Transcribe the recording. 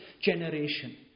generation